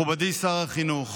מכובדי שר החינוך,